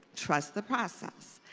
trust the process.